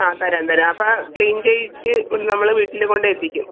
ആ തരാം തരാം അപ്പം ക്ലീൻ ചെയ്യിച്ച് നമ്മൽ വീട്ടിൾ കൊണ്ടെത്തിക്കും